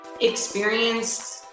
experienced